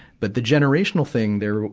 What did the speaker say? but the generational thing, there,